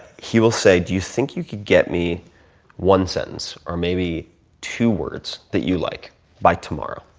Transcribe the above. he will say, do you think you could get me one sentence or maybe two words that you like by tomorrow?